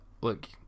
look